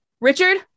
Richard